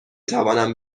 توانم